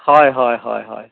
হয় হয় হয় হয়